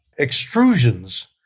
extrusions